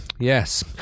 Yes